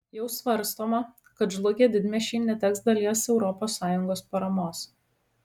jau svarstoma kad žlugę didmiesčiai neteks dalies europos sąjungos paramos